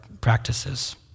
practices